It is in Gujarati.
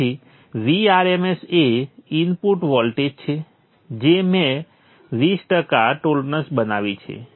તેથી Vrms એ ઇનપુટ વોલ્ટેજ છે જે મેં વીસ ટકા ટોલરન્સ બનાવી છે